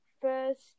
first